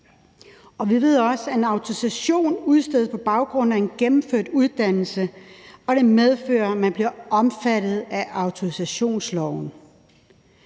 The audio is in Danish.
Vi ved også, at en autorisation er udstedt på baggrund af en gennemført uddannelse, og at det medfører, at man bliver omfattet af autorisationsloven.